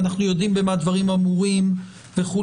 ואנחנו יודעים במה דברים אמורים וכולי,